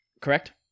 correct